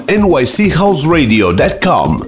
nychouseradio.com